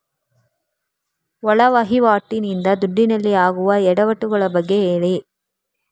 ಒಳ ವಹಿವಾಟಿ ನಿಂದ ದುಡ್ಡಿನಲ್ಲಿ ಆಗುವ ಎಡವಟ್ಟು ಗಳ ಬಗ್ಗೆ ಹೇಳಿ